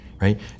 right